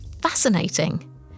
fascinating